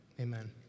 Amen